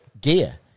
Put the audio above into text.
gear